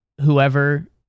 whoever